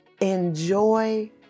Enjoy